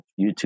YouTube